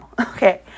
okay